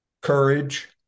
courage